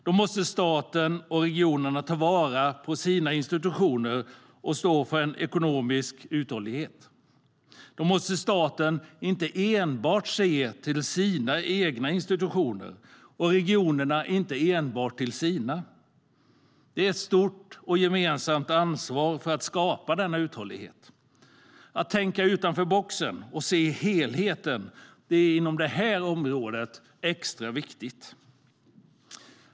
Då måste staten och regionerna ta vara på sina institutioner och stå för en ekonomisk uthållighet. Då måste staten inte enbart se till sina egna institutioner och regionerna inte enbart till sina. Det är ett stort och gemensamt ansvar att skapa denna uthållighet. Att tänka utanför boxen och se helheten är inom detta område extra viktigt.